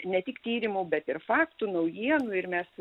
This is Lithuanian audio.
ne tik tyrimų bet ir faktų naujienų ir mes